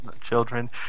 children